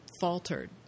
faltered